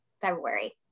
February